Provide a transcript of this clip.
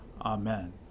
Amen